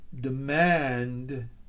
demand